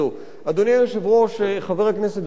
תודה.